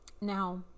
now